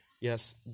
Yes